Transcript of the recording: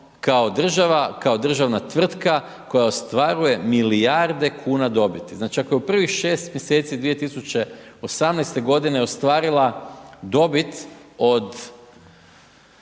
kao država, kao državna tvrtka, koja ostvaruje milijarde kuna dobiti. Znači ako je u prvih 6 mjeseci 2018. g. ostvarila dobit od